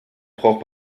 braucht